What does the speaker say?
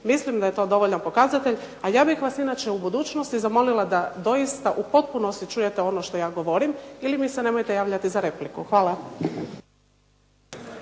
Mislim da je to dovoljan pokazatelj, ali ja bih vas inače u budućnosti zamolila da doista u potpunosti čujete ono što ja govorim ili mi se nemojte javljati za repliku. Hvala.